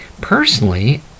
Personally